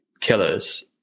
killers